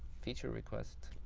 feature request.